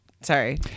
sorry